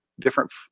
Different